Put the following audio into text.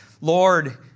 Lord